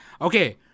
okay